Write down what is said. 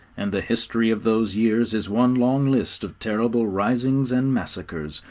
and the history of those years is one long list of terrible risings and massacres,